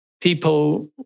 people